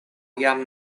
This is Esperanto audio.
jam